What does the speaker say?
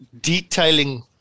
detailing